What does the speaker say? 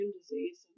disease